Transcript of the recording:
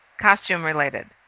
costume-related